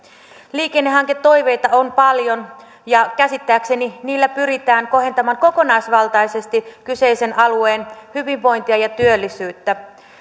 liikennehanketoiveita on paljon ja käsittääkseni niillä pyritään kohentamaan kokonaisvaltaisesti kyseisen alueen hyvinvointia ja työllisyyttä